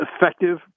effective